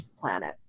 planet